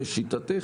לשיטתך,